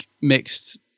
mixed